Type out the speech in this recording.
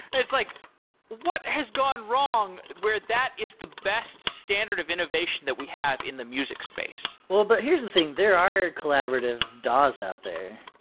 and it's like what has gone wrong where that is the best standard of innovation that we have in the music space? but here's the thing. there are collaborative daw's out there.